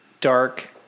dark